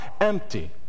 empty